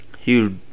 Huge